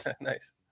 Nice